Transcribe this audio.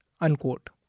Unquote